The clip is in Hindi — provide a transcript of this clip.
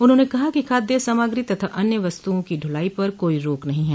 उन्होंने कहा कि खाद्य सामग्री तथा अन्य वस्तुओं की ढ्लाई पर कोई रोक नहीं है